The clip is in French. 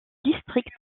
district